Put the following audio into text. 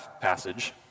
passage